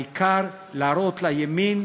העיקר להראות לימין